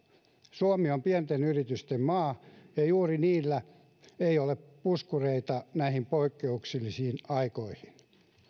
suomi on pienten yritysten maa ja ja juuri niillä ei ole puskureita näihin poikkeuksellisiin aikoihin